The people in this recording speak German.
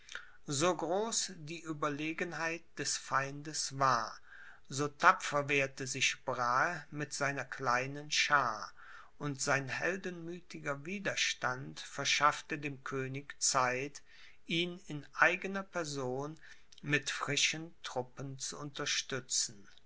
so groß die ueberlegenheit des feindes war so tapfer wehrte sich brahe mit seiner kleinen schaar und sein heldenmütiger widerstand verschaffte dem könig zeit ihn in eigener person mit frischen truppen zu unterstützen